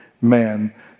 man